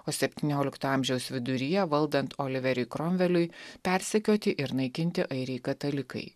o septyniolikto amžiaus viduryje valdant oliveriui kromveliui persekioti ir naikinti airiai katalikai